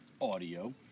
audio